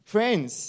Friends